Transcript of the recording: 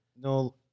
no